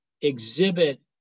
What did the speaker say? exhibit